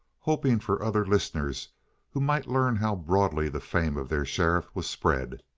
hoping for other listeners who might learn how broadly the fame of their sheriff was spread.